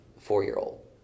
four-year-old